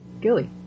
Gilly